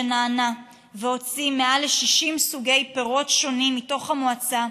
שנענה והוציא מעל ל-60 סוגי פירות שונים מתוך המועצה,